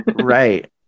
Right